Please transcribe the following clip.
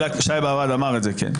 שי באב"ד אמר את זה, כן.